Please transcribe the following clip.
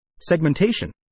segmentation